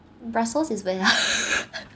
brussels is where ah